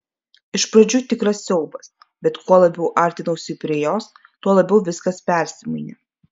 iš pradžių tikras siaubas bet kuo labiau artinausi prie jos tuo labiau viskas persimainė